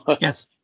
Yes